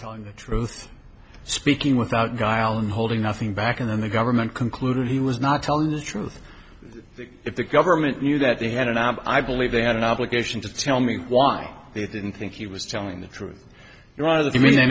telling the truth speaking without guile and holding nothing back and then the government concluded he was not telling the truth if the government knew that they hadn't and i believe they had an obligation to tell me why they didn't think he was telling the truth you